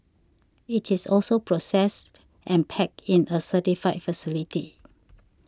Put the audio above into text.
it is also processed and packed in a certified facility